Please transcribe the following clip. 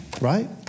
right